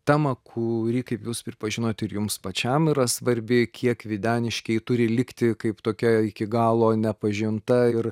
temą kuri kaip jūs pripažinot ir jums pačiam yra svarbi kiek videniškiai turi likti kaip tokia iki galo nepažinta ir